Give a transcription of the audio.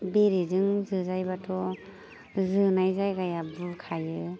बेरेजों जोजायोबाथ' जोनाय जायगाया बुखायो